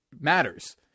matters